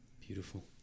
beautiful